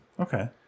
Okay